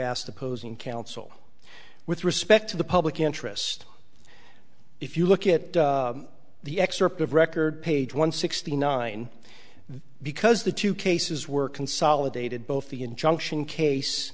asked opposing counsel with respect to the public interest if you look at the excerpt of record page one sixty nine because the two cases were consolidated both the injunction case